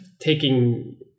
taking